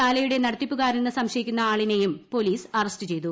ശാലയുടെ നടത്തിപ്പുകാരനെന്ന് സംശയിക്കുന്ന ആളിനെയും പോലീസ് അറസ്റ്റ് ചെയ്തു